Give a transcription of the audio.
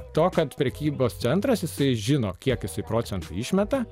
to kad prekybos centras jisai žino kiek jisai procentų išmeta